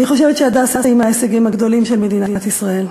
אני חושבת ש"הדסה" הוא מההישגים הגדולים של מדינת ישראל,